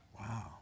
Wow